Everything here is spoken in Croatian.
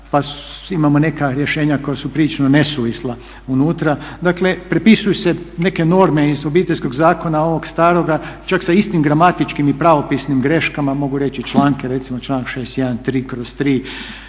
pa imamo neka rješenja koja su prilično nesuvisla unutra. Dakle prepisuju se neke norme iz obiteljskog zakona ovog staroga čak sa istim gramatičkim i pravopisnim greškama. Mogu reći članke, recimo članak 61 3/3,